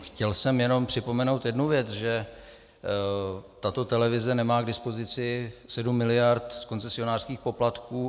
Chtěl jsem jenom připomenout jednu věc, že tato televize nemá k dispozici sedm miliard z koncesionářských poplatků.